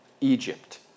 Egypt